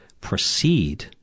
proceed